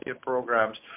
programs